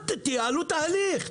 תייעלו את ההליך.